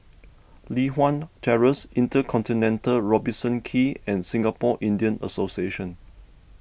Li Hwan Terrace Intercontinental Robertson Quay and Singapore Indian Association